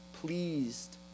pleased